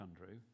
Andrew